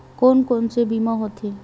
कोन कोन से बीमा होथे?